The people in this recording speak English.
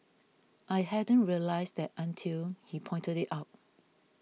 I hadn't realised that until he pointed it out